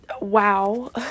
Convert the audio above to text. wow